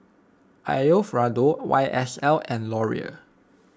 Alfio Raldo Y S L and Laurier